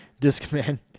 discman